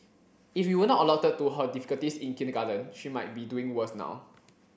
if we were not alerted to her difficulties in kindergarten she might be doing worse now